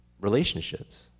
relationships